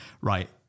right